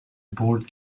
board